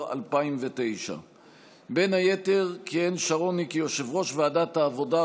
2009. בין היתר כיהן שרוני כיושב-ראש ועדת העבודה,